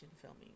filming